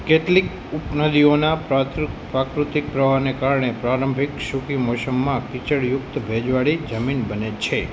કેટલીક ઉપ નદીઓના પ્રાત્રૂ પ્રાકૃતિક પ્રવાહને કારણે પ્રારંભિક સૂકી મોસમમાં કીચડયુક્ત ભેજવાળી જમીન બને છે